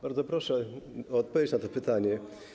Bardzo proszę o odpowiedź na to pytanie.